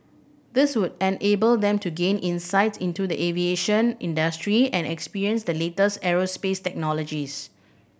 this would enable them to gain insights into the aviation industry and experience the latest aerospace technologies